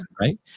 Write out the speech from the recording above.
right